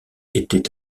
était